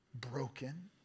broken